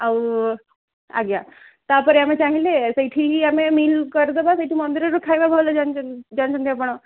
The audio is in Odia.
ଆଉ ଆଜ୍ଞା ତାପରେ ଆମେ ଚାହିଁଲେ ସେଇଠି ହି ଆମେ ମିଲ୍ କରିଦେବା ସେଇଠି ମନ୍ଦିରରୁ ଖାଇବା ଭଲ ଜାଣିଛନ୍ତି ଜାଣିଛନ୍ତି ଆପଣ